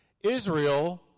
Israel